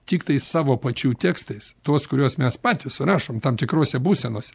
tiktais savo pačių tekstais tuos kuriuos mes patys surašom tam tikrose būsenose